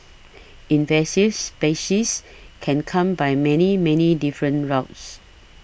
invasive species can come by many many different routes